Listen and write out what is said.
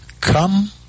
Come